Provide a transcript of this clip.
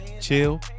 chill